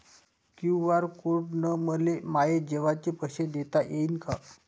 QR code न मले माये जेवाचे पैसे देता येईन का?